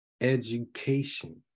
education